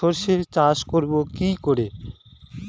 সর্ষে চাষ করব কি করে?